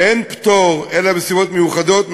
ואין פטור מהשירות בצה"ל אלא בנסיבות מיוחדות.